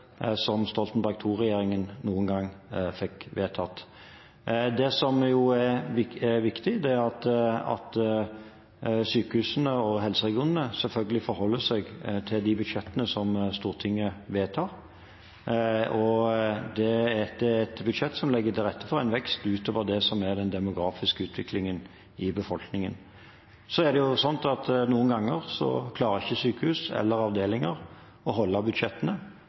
som er viktig, er at sykehusene og helseregionene selvfølgelig forholder seg til de budsjettene som Stortinget vedtar. Dette er et budsjett som legger til rette for en vekst utover det som er den demografiske utviklingen i befolkningen. Noen ganger klarer ikke sykehus eller avdelinger å holde budsjettene